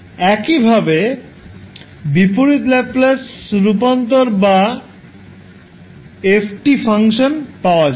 একইভাবে বিপরীত ল্যাপ্লাস রূপান্তর বা 𝑓 𝑡 ফাংশন পাওয়া যাবে